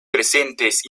presentes